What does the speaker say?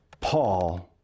Paul